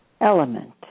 element